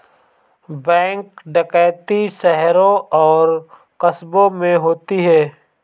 bank डकैती शहरों और कस्बों में होती है